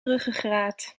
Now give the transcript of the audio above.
ruggengraat